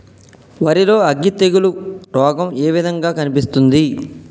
వరి లో అగ్గి తెగులు రోగం ఏ విధంగా కనిపిస్తుంది?